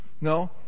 no